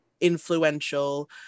influential